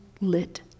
lit